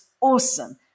awesome